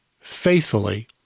faithfully